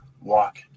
walk